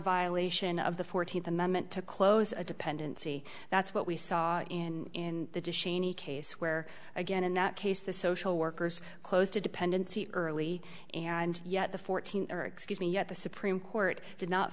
violation of the fourteenth amendment to close a dependency that's what we saw in the case where again in that case the social workers close to dependency early and yet the fourteen or excuse me at the supreme court did not